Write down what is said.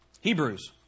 Hebrews